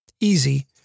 easy